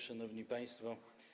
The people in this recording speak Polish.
Szanowni Państwo!